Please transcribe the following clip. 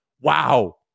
wow